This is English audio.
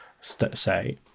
say